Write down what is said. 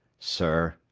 sir,